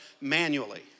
manually